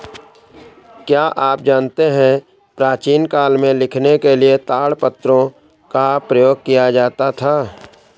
क्या आप जानते है प्राचीन काल में लिखने के लिए ताड़पत्रों का प्रयोग किया जाता था?